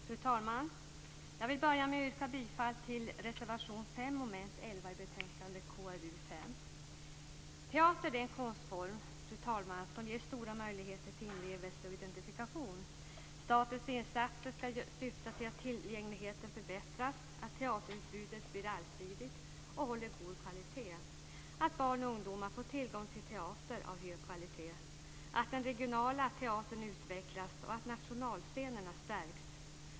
Fru talman! Jag vill börja med att yrka bifall till reservation nr 5 under mom. 11 i betänkandet KrU5. Teater är en konstform som ger stora möjligheter till inlevelse och identifikation. Statens insatser skall syfta till att tillgängligheten förbättras, att teaterutbudet blir allsidigt och håller god kvalitet, att barn och ungdomar får tillgång till teater av hög kvalitet, att den regionala teatern utvecklas och att nationalscenerna stärks.